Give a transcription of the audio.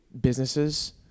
businesses